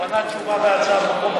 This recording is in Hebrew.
עוד מעט תשובה והצבעה,